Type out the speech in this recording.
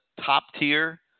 top-tier